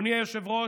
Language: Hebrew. אדוני היושב-ראש,